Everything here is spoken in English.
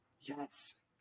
Yes